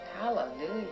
Hallelujah